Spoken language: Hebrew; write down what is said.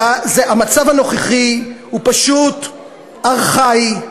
המצב הנוכחי הוא פשוט ארכאי,